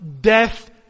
death